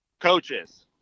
Coaches